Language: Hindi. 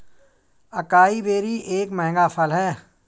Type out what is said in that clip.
अकाई बेरी एक महंगा फल है